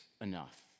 enough